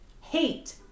Hate